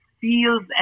feels